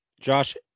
Josh